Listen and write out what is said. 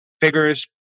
figures